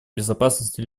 безопасности